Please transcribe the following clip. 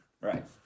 Right